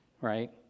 right